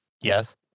Yes